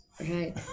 Right